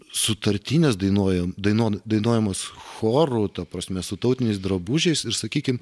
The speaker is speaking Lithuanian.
sutartinės dainuoja daino dainuojamos choro ta prasme su tautiniais drabužiais ir sakykim